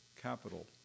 capital